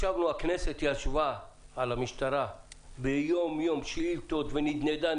הכנסת "ישבה" על המשטרה יום-יום עם שאילתות ונדנדה,